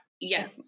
yes